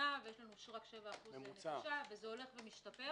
ויש לנו רק 7%- -- וזה הולך ומשתפר.